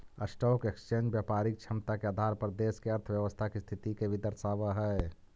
stock exchange व्यापारिक क्षमता के आधार पर देश के अर्थव्यवस्था के स्थिति के भी दर्शावऽ हई